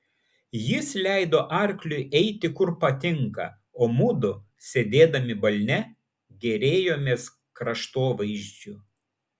jis leido arkliui eiti kur patinka o mudu sėdėdami balne gėrėjomės kraštovaizdžiu